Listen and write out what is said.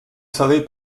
savez